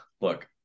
look